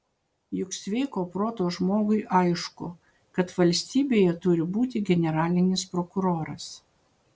juk sveiko proto žmogui aišku kad valstybėje turi būti generalinis prokuroras